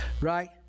right